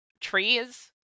Trees